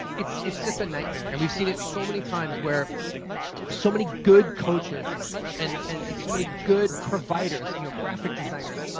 it's it's just a nightmare and we've seen it so many times where so many good coaches and and and so many good providers, you know, graphic designers,